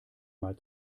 mal